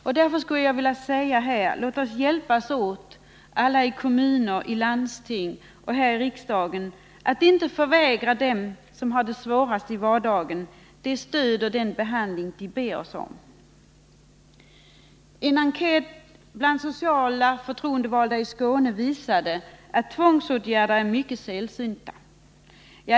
Jag skulle därför vilja säga: Låt oss alla hjälpas åt — i kommuner, i landsting och här i riksdagen — att inte förvägra dem som har det svårast i vardagen det stöd och den behandling de ber oss om! En enkät bland sociala förtroendevalda i Skåne visade att tvångsåtgärder är mycket sällsynta.